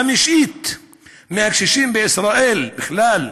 חמישית מהקשישים בישראל בכלל,